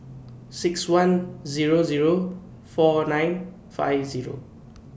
six one Zero Zero four nine five Zero